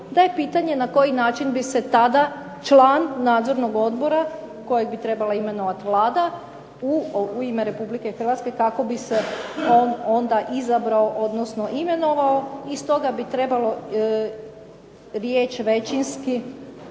da je pitanje na koji način bi se tada član nadzornog odbora koji bi trebala imenovati Vlada u ime Republike Hrvatske, kako bi se on onda izabrao, odnosno imenovao i stoga bi trebalo riječ većinski